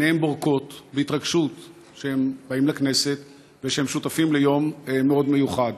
עיניהם בורקות מהתרגשות שהם באים לכנסת ושהם שותפים ליום מאוד מיוחד.